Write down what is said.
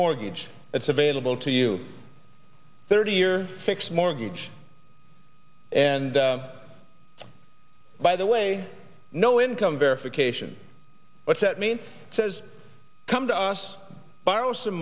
mortgage that's available to you thirty year fixed mortgage and by the way no income verification what's that mean says come to us borrow some